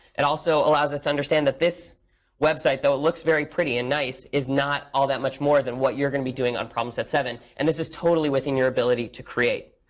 it also allows us to understand that this website, though it looks very pretty and nice, is not all that much more than what you're going to be doing on problem set seven. and this is totally within your ability to create.